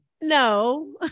No